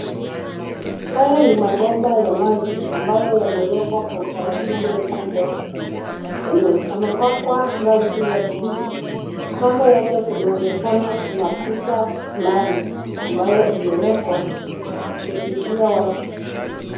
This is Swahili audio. Haya ni Mabomba ya maji ambayo yamewekwa kwa utaratibu mkubwa. Yamepakwa rangi ya bluu. Kando yake kunaonekana kuna kuta fulani ambayo imewekwa kuzuilia watu.